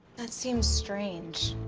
that seems strange.